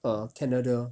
err canada